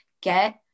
get